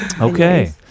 okay